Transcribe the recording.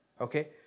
Okay